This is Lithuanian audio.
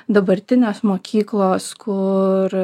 dabartinės mokyklos kur